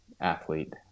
athlete